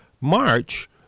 march